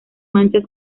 manchas